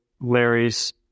larry's